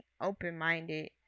open-minded